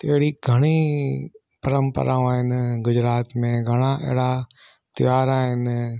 त अहेड़ी घणी परंपराऊं आहिनि गुजरात में घणा अहिड़ा त्योहार आहिनि